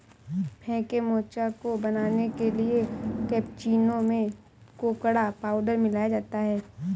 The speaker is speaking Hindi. कैफे मोचा को बनाने के लिए कैप्युचीनो में कोकोडा पाउडर मिलाया जाता है